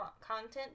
content